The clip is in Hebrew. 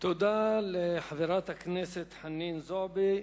תודה לחברת הכנסת חנין זועבי.